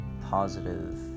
positive